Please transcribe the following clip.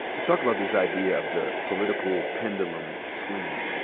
you talk about this idea of the political pendulum swinging.